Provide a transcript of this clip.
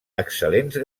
excel·lents